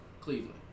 Cleveland